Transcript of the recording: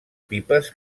pipes